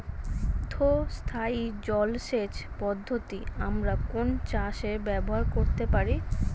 অর্ধ স্থায়ী জলসেচ পদ্ধতি আমরা কোন চাষে ব্যবহার করতে পারি?